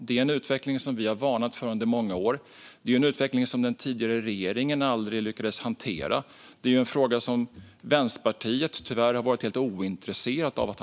Det är en utveckling som vi har varnat för under många år och som den tidigare regeringen aldrig lyckades hantera, och tyvärr har Vänsterpartiet varit helt ointresserat.